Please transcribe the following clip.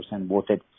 voted